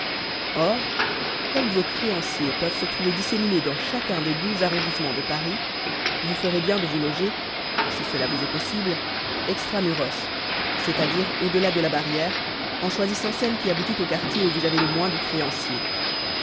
or comme vos créanciers peuvent se trouver disséminés dans chacun des douze arrondissemens de paris vous ferez bien de vous loger si cela vous est possible extra muros c'est-à-dire au-delà de la barrière en choisissant celle qui aboutit au quartier où vous avez le moins de créanciers